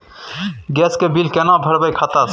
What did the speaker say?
Gas के bill केना भरबै खाता से?